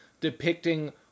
depicting